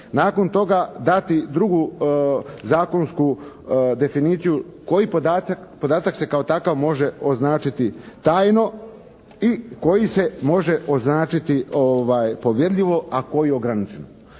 Nakon toga dati drugu zakonsku definiciju koji podatak se kao takav može označiti tajno i koji se može označiti povjerljivo a koji ograničeno.